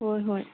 ꯍꯣꯏ ꯍꯣꯏ